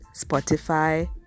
Spotify